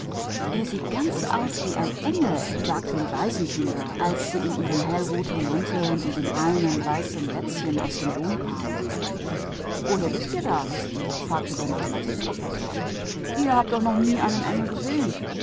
er sieht genau aus wie ein engel sagten die waisenkinder als sie in ihren purpurroten mänteln und sauberen vorstecklätzchen aus der kathedrale kamen wie könnt ihr das wissen fragte der mathematiklehrer ihr habt doch nie einen gesehen